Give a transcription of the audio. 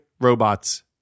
robots